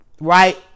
right